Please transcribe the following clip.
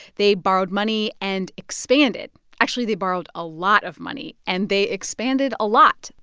they borrowed money and expanded. actually, they borrowed a lot of money, and they expanded a lot.